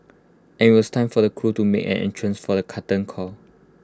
and IT was time for the crew to make an entrance for the curtain call